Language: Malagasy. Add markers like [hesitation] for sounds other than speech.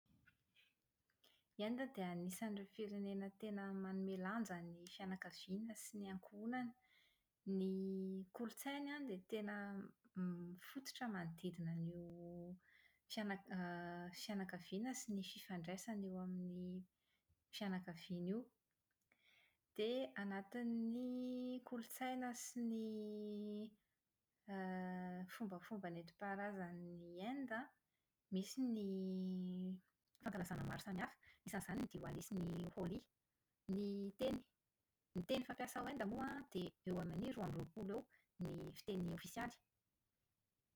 Inde dia anisan'ireo firenena tena manome lanja ny fianakaviana sy ny ankohonana. Ny kolotsainy an, dia tena [hesitation] > mifototra manodidina an'io [hesitation] > fiana- [hesitation] > fianakaviana sy ny fifandraisana eo amin'ny fianakaviana io. Dia anatin'ny kolotsaina sy ny [hesitation] > fombafomba nentim-paharazan'i Inde an, misy ny fankalazàna maro samihafa. Isan'izany ny Diwali sy ny Holi. Ny teny ny teny fampiasa ao Inde moa dia eo amin'ny roa amby roapolo eo ny fiteny ofisialy.